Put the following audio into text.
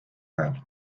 ajal